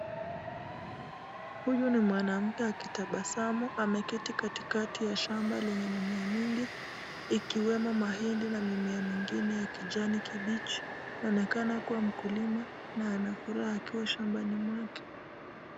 Huyu ni mwanamke akitabasamu ameketi katikati ya shamba lenye mimea mingi ikiwemo mahindi na mimea mengine ya kijani kibichi anaonekana kuwa mkulima na anafuraha akiwa kwa shambani mwake.